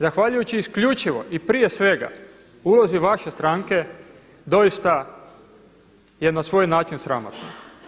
Zahvaljujući isključivo i prije svega ulozi vaše stranke doista je na svoj način sramotno.